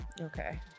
okay